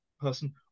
person